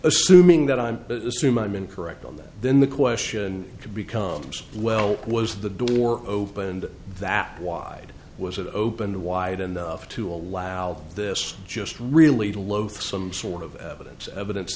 assuming that i'm assuming i'm incorrect on that then the question becomes well was the door opened that wide was it open wide enough to allow this just really loathsome sort of evidence evidence